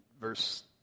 verse